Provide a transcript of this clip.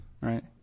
Right